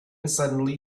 suddenly